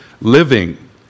living